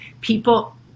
People